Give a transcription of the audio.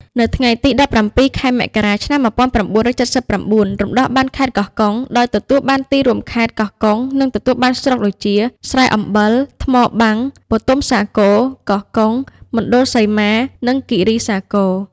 នៅថ្ងៃទី ១៧ ខែមករា ឆ្នាំ ១៩៧៩ រំដោះបានខេត្តកោះកុង ដោយទទួលបានទីរួមខេត្ត កោះកុង និងទទួលបានស្រុកដូចជា ស្រែអំបិល ថ្មបាំង បូទុមសាគរ កោះកុង មណ្ឌលសីម៉ា និងគីរីសាគរ។